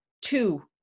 Two